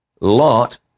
Lot